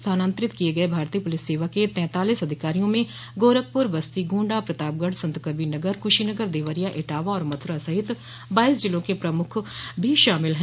स्थानांतरित किये गये भारतीय पुलिस सेवा के तैतालिस अधिकारियों में गोरखपुर बस्ती गोण्डा प्रतापगढ़ सन्तकबीरनगर कुशीनगर देवरिया इटावा और मथुरा सहित बाइस जिलों के पुलिस प्रमुख भी शामिल हैं